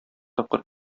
тапкыр